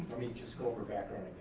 me just go over background